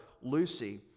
Lucy